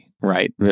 right